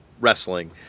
wrestling